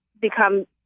become